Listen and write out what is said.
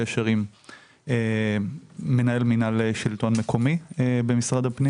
מנהל מינהל שלטון מקומי במשרד הפנים